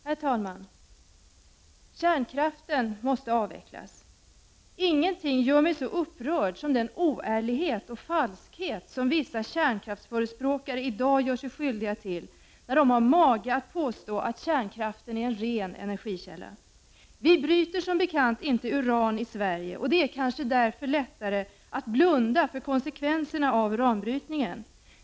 Herr talman! Kärnkraften måste avvecklas. Ingenting gör mig så upprörd som den oärlighet och falskhet som vissa kärnkraftsförespråkare i dag gör sig skyldiga till när de har mage att påstå att kärnkraften är en ren energikälla. Vi bryter som bekant inte uran i Sverige, och det är kanske därför lättare att blunda för konsekvenserna av uranbrytningen.